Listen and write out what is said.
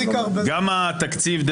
גם התקציב,